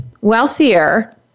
wealthier